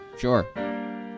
Sure